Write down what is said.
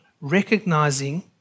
recognizing